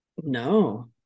No